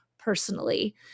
personally